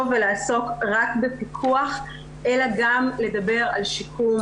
ולעסוק רק בפיקוח אלא גם לדבר על שיקום,